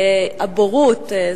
יש בורות.